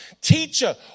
Teacher